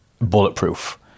bulletproof